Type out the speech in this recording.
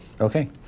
Okay